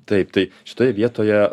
taip tai šitoj vietoje